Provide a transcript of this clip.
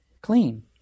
clean